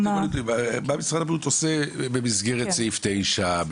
מה משרד הבריאות עושה במסגרת סעיף 9?